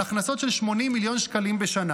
על הכנסות של 80 מיליון שקלים בשנה.